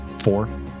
four